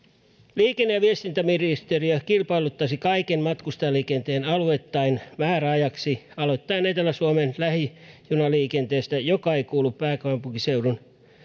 liikenne ja viestintäministeriö kilpailuttaisi kaiken matkustajaliikenteen alueittain määräajaksi aloittaen etelä suomen lähijunaliikenteestä joka ei kuulu pääkaupunkiseudun